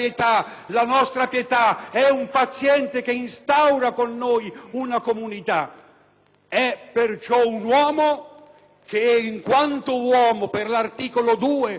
Perciò è un uomo che, in quanto uomo, per l'articolo 2 della Costituzione italiana ha diritti inderogabili, inviolabili,